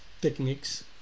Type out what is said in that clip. techniques